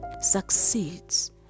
succeeds